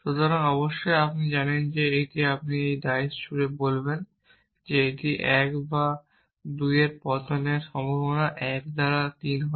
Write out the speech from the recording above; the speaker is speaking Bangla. সুতরাং অবশ্যই আপনি জানেন যে আপনি যখন ডাইস জুড়ে আপনি বলবেন যে এটি 1 বা 2 এর পতনের সম্ভাবনা 1 দ্বারা 3 হয়